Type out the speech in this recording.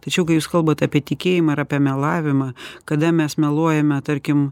tačiau kai jūs kalbat apie tikėjimą ar apie melavimą kada mes meluojame tarkim